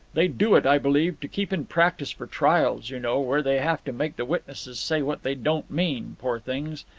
they do it, i believe, to keep in practice for trials, you know, where they have to make the witnesses say what they don't mean, poor things.